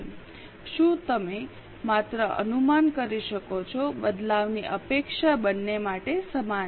શું તમે માત્ર અનુમાન કરી શકો છો બદલાવની અપેક્ષા બંને માટે સમાન છે